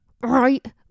right